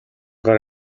гар